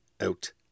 Out